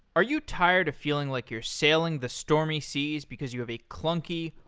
are you tired of feeling like you're sailing the stormy seas, because you have a clunky,